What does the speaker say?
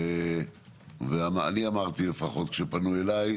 כשפנו אליי,